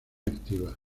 activa